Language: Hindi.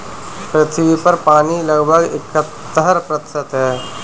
पृथ्वी पर पानी लगभग इकहत्तर प्रतिशत है